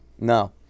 No